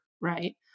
right